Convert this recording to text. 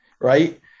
right